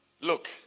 look